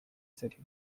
city